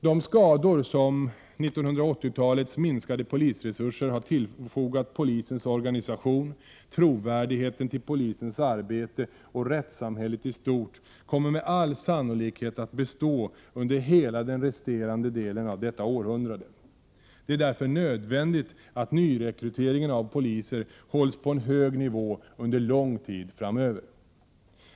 De skador som 1980-talets minskade polisresurser har tillfogat polisens organisation, trovärdigheten till polisens arbete och rättssamhället i stort kommer med all sannolikhet att bestå under hela den resterande delen av detta århundrade. Det är därför nödvändigt att nyrekryteringen av poliser hålls på en hög nivå under lång tid framöver.